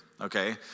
okay